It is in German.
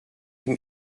dem